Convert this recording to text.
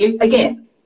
again